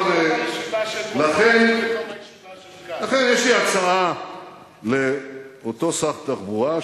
לכן יש לי הצעה לאותו שר תחבורה,